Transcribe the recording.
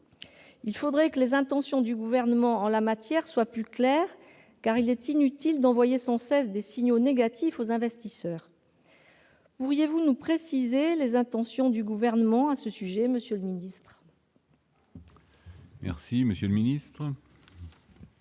Il faudrait que les intentions du Gouvernement en la matière soient plus claires, car il est inutile d'envoyer sans cesse des signaux négatifs aux investisseurs. Pourriez-vous nous préciser ce que souhaite faire le Gouvernement à ce sujet, monsieur